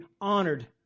honored